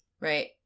right